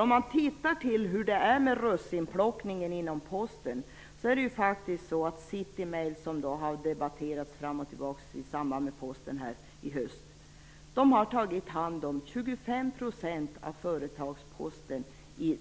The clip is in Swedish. Om man ser på hur det är med russinplockningen inom Posten har Citymail tagit hand om 25 % av företagsposten i